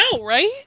right